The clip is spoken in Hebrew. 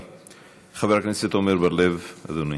חבר הכנסת עמר בר-לב, אדוני,